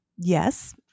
Yes